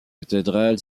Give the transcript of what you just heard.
cathédrale